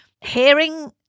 hearing